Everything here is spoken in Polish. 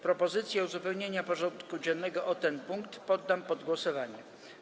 Propozycję uzupełnienia porządku dziennego o ten punkt poddam pod głosowanie.